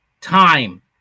time